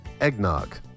Eggnog